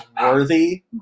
worthy